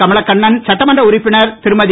கமலகண்ணன் சட்டமன்ற உறுப்பினர் திருமதி